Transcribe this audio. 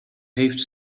heeft